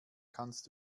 kannst